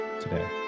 today